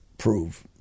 Prove